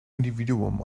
individuum